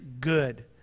good